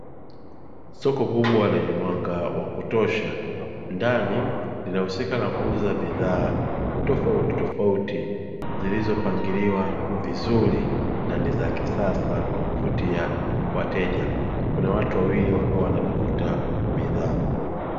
Soko kubwa lenye mwanga wa kutosha, ndani linahusika na kuuza bidhaa tofautitofauti zilizopangiliwa vizuri na ni za kisasa kwa kuvutia wateja; kuna watu wawili wakiwa wanatafuta bidhaa.